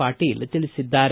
ಪಾಟೀಲ್ ತಿಳಿಸಿದ್ದಾರೆ